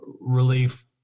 relief